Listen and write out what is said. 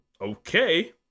okay